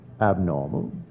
abnormal